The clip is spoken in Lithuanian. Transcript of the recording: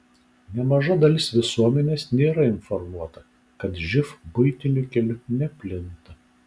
nemaža dalis visuomenės nėra informuota kad živ buitiniu keliu neplinta